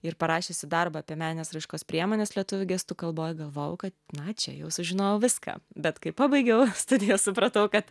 ir parašiusi darbą apie menės raiškos priemones lietuvių gestų kalboj galvojau kad na čia jau sužinojau viską bet kai pabaigiau studijas supratau kad